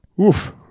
Oof